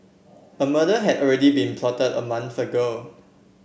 a murder had already been plotted a month ago